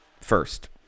First